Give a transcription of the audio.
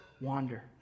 wander